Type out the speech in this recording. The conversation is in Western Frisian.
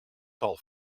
tal